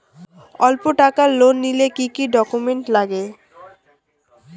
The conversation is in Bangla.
অল্প টাকার লোন নিলে কি কি ডকুমেন্ট লাগে?